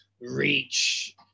reach